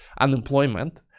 unemployment